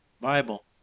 Bible